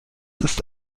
ist